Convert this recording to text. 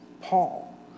Paul